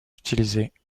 utilisées